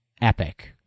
epic